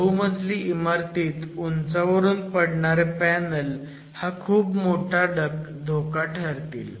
बहुमजली इमारतीत उंचावरून पडणारे पॅनल हा खूप मोठा धोका ठरतील